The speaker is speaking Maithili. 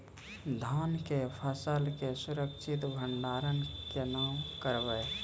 धान के फसल के सुरक्षित भंडारण केना करबै?